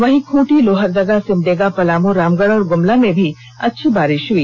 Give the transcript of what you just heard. वहीं खूंटी लोहरदगा सिमडेगा पलामू रामगढ़ और गुमला में भी अच्छी बारिष हुई